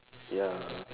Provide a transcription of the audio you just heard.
ya